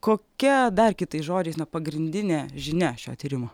kokia dar kitais žodžiais na pagrindinė žinia šio tyrimo